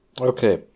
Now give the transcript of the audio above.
Okay